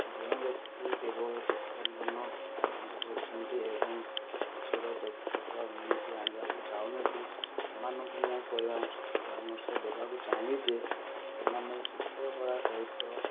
ଯେଉଁ ବ୍ୟକ୍ତି କେବଳ ଚିତ୍ର ଅଙ୍କନ ଆରମ୍ଭ କରିଛନ୍ତି ଏବଂ ନିଜର ଦକ୍ଷତା ଉନ୍ନତି ଆଣିବାକୁ ଚାହୁଁଛନ୍ତି ସେମାନଙ୍କୁ ମୁଁ ପରାମର୍ଶ ଦେବାକୁ ଚାହିଁବି ଯେ ସେମାନେ ଚିତ୍ର କଳା ସହିତ